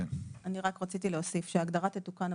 אני רק רציתי להוסיף שההגדרה תתוקן,